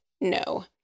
no